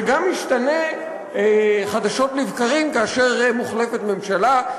שגם משתנה חדשות לבקרים כאשר מוחלפת ממשלה,